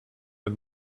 and